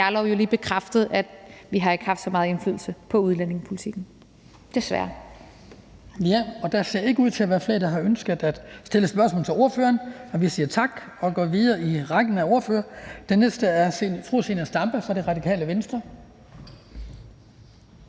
Jarlov jo lige bekræftet, at vi desværre ikke har haft så meget indflydelse på udlændingepolitikken. Kl.